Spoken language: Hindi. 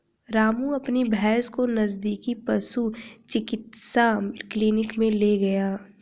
रामू अपनी भैंस को नजदीकी पशु चिकित्सा क्लिनिक मे ले गया